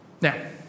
Now